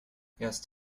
erst